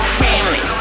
family